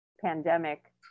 pandemic